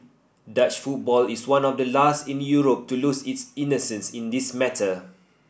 Dutch football is one of the last in Europe to lose its innocence in this matter